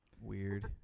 Weird